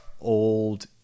old